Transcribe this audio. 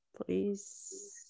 Please